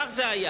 כך זה היה.